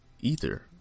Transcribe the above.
Ether